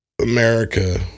America